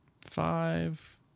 five